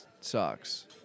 sucks